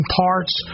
parts